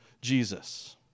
Jesus